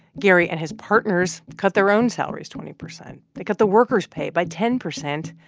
gary and his partners cut their own salaries twenty percent. they cut the workers' pay by ten percent.